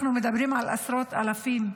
אנחנו מדברים על עשרות אלפים,